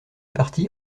partis